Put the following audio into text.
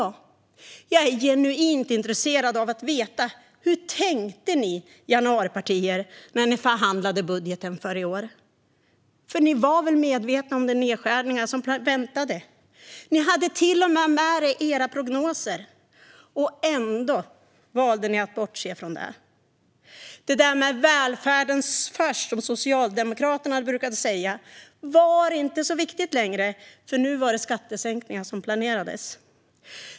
Jag är genuint intresserad av att veta hur ni i januaripartierna tänkte när ni förhandlade om budgeten för i år. Ni var väl medvetna om de nedskärningar som väntade. Ni hade till och med tagit med dem i era prognoser. Ändå valde ni att bortse från det. Det där med "välfärden först" som Socialdemokraterna brukade säga var inte så viktigt längre, för nu var det skattesänkningar som planerades.